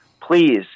please